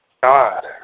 God